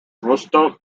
rostock